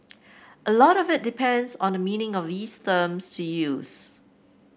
a lot of it depends on the meaning of these terms to use